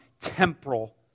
temporal